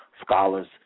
scholars